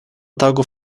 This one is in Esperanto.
tago